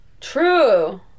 True